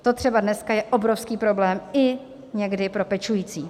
To je třeba dneska obrovský problém někdy i pro pečující.